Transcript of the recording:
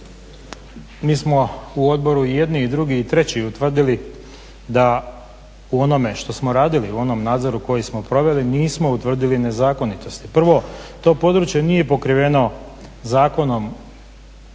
mi smo u odboru i jedni i drugi i treći utvrdili da u onome što smo radili, u onom nadzoru koji smo proveli nismo utvrdili nezakonitosti. Prvo, to područje nije pokriveno zakonom